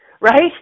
right